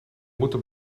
moeten